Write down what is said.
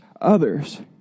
others